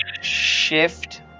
shift